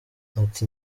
ati